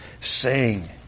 sing